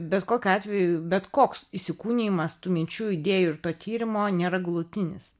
bet kokiu atveju bet koks įsikūnijimas tų minčių idėjų ir to tyrimo nėra galutinis